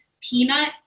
peanut